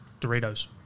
Doritos